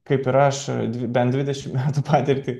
kaip ir aš bent dvidešimt metų patirtį